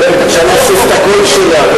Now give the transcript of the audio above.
היא ביקשה להוסיף את הקול שלה.